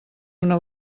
una